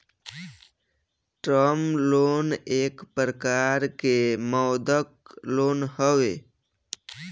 term loan एक प्रकार के मौदृक लोन हवे